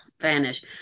vanish